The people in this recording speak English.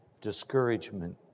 discouragement